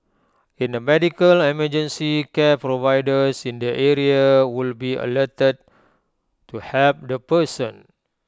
in A medical emergency care providers in the area would be alerted to help the person